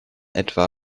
etwa